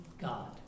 God